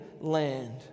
land